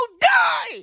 die